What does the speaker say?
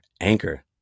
Anchor